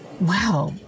Wow